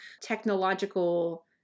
technological